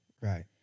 Right